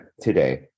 today